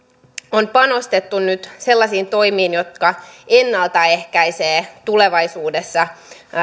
on panostettu nyt sellaisiin toimiin jotka ennalta ehkäisevät tulevaisuudessa